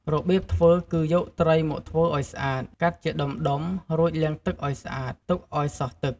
របៀបធ្វើគឺ យកត្រីមកធ្វើឲ្យស្អាត កាត់ជាដុំៗ រួចលាងទឹកឲ្យស្អាត ទុកឲ្យសោះទឹក។